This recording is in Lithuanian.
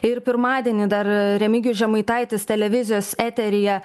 ir pirmadienį dar remigijus žemaitaitis televizijos eteryje